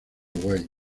white